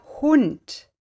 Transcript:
Hund